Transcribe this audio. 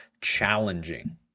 challenging